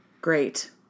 great